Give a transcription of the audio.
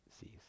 sees